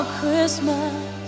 Christmas